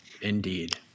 Indeed